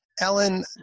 Ellen